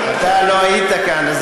לא היית כאן,